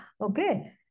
Okay